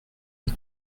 les